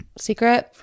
secret